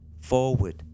forward